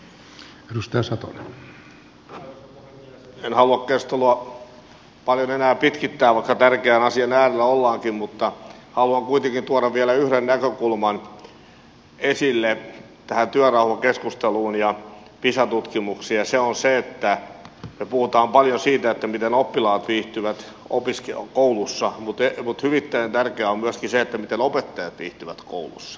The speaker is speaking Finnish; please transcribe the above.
en halua keskustelua paljon enää pitkittää vaikka tärkeän asian äärellä ollaankin mutta haluan kuitenkin tuoda vielä yhden näkökulman esille tähän työrauhakeskusteluun ja pisa tutkimuksiin ja se on se että me puhumme paljon siitä miten oppilaat viihtyvät koulussa mutta erittäin tärkeää on myöskin se miten opettajat viihtyvät koulussa